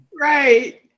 Right